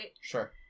Sure